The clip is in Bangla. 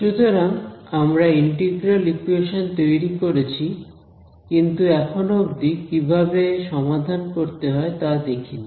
সুতরাং আমরা ইন্টিগ্রাল ইকুয়েশন তৈরি করেছি কিন্তু এখন অব্দি কিভাবে সমাধান করতে হয় তা দেখিনি